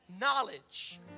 knowledge